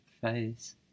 face